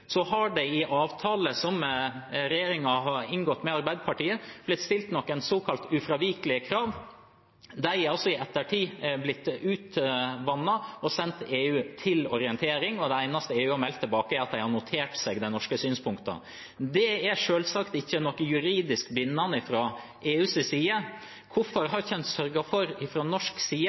har det i en avtale som regjeringen har inngått med Arbeiderpartiet, blitt stilt noen såkalt ufravikelige krav. De har i ettertid blitt utvannet og sendt til EU til orientering, og det eneste EU har meldt tilbake, er at de har notert seg de norske synspunktene. Det er selvsagt ikke juridisk bindende for EU. Dersom en mener at de kravene er helt åpenbare, dersom en mener at de skal gjelde, hvorfor har en ikke fra norsk side